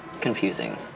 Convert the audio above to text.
confusing